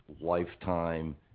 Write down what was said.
lifetime